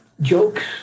jokes